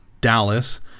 Dallas